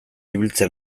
ibiltzea